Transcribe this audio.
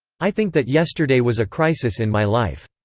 i think that yesterday was a crisis in my life.